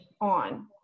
on